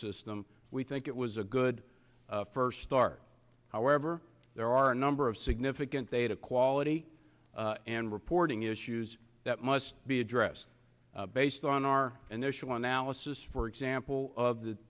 system we think it was a good first start however there are a number of significant data quality and reporting issues that must be addressed based on our initial analysis for example of